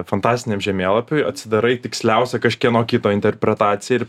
fantastiniam žemėlapiui atsidarai tiksliausia kažkieno kito interpretaciją ir